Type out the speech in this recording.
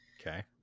okay